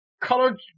Colored